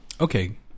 Okay